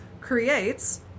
creates